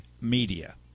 Media